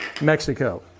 Mexico